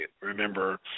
remember